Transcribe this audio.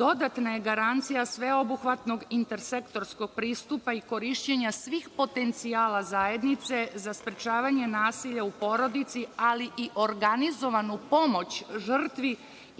dodatna je garancija sveobuhvatnog inter-sektorskog pristupa i korišćenja svih potencijama zajednice za sprečavanje nasilja u porodici, ali i organizovanu pomoć žrtvi